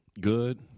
good